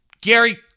Gary